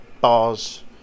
bars